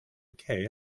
decay